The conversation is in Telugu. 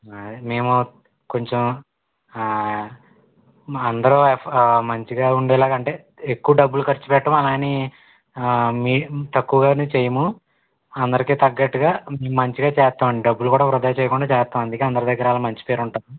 అదే మేము కొంచం మా అందరు మంచిగా ఉండేలాగా అంటే ఎక్కువ డబ్బులు ఖర్చు పెట్టం అలా అని మేము తక్కువ కాని చేయము అందరికి తగ్గట్టుగా మంచిగా చేస్తామండి డబ్బులు కూడా వృథా చేయకుండా చేస్తాం అందుకే అందరి దగ్గర మంచి పేరు ఉంటుంది